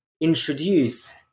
introduce